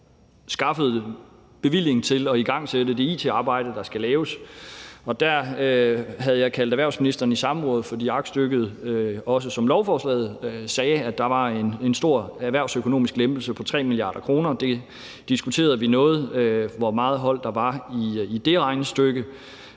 som skaffede bevilling til at igangsætte det it-arbejde, der skal laves, og der havde jeg kaldt erhvervsministeren i samråd, fordi aktstykket ligesom også lovforslaget sagde, at der var en stor erhvervsøkonomisk lempelse på 3 mia. kr. Det diskuterede vi noget, altså hvor meget hold der var i det regnestykke.